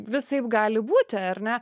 visaip gali būti ar ne